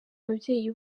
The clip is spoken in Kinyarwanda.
ababyeyi